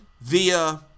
via